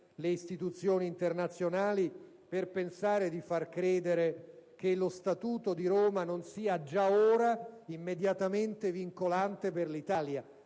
le istituzioni internazionali per pensare di far credere che lo Statuto di Roma non sia già ora immediatamente vincolante per l'Italia,